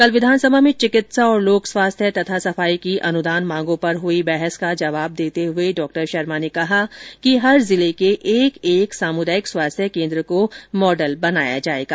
कल विधानसभा में चिकित्सा और लोक स्वास्थ्य तथा सफाई की अनुदान मांगों पर हुई बहस का जवाब देते हुए डॉ शर्मा ने कहा कि हर जिले के एक एक सामुदायिक स्वास्थ्य केंद्र को मॉडल बनाया जायेगा